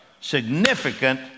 Significant